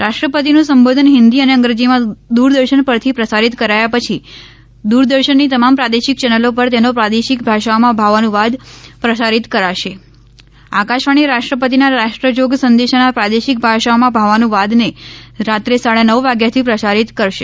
રાષ્ટ્રપતિનું સંબોધન હિન્દી અને અંગ્રેજીમાં દૂરદર્શન પરથી પ્રસારિત કરાયા પછી દૂરદર્શનની તમામ પ્રાદેશિક ચેનલો પર તેનો પ્રાદેશિક ભાષાઓમાં ભાવાનુવાદ પ્રસારિત કરાશે આકાશવાણી રાષ્ટ્રપતિના રાષ્ટ્ર ોગ સંદેશાના પ્રાદેશિક ભાષાઓમાં ભાવાનુવાદને રાત્રે સાડા નવ વાગ્યાથી પ્રસારિત કરશે